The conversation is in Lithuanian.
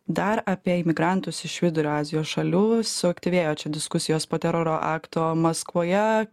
dar apie imigrantus iš vidurio azijos šalių suaktyvėjo čia diskusijos po teroro akto maskvoje